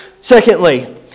Secondly